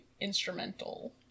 instrumental